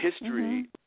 history